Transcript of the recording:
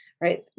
Right